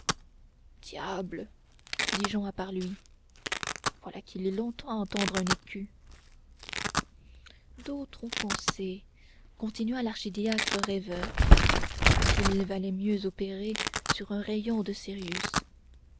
dit jehan à part lui voilà qui est longtemps attendre un écu d'autres ont pensé continua l'archidiacre rêveur qu'il valait mieux opérer sur un rayon de sirius